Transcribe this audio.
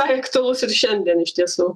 aktualus ir šiandien iš tiesų